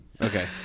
Okay